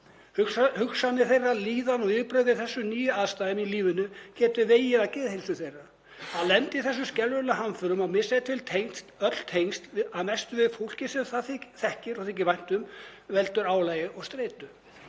Hugsanir þeirra, líðan og viðbrögð við þessum nýju aðstæðum í lífinu geta vegið að geðheilsu þeirra. Að lenda í þessum skelfilegu hamförum og missa ef til vill öll tengsl að mestu við fólkið sem þau þekkja og þykir vænt um veldur álagi og streitu.